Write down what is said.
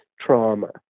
trauma